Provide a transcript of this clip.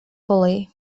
foley